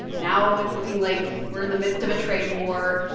now it's looking like we're in the midst of a trade war.